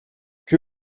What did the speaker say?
que